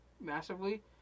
massively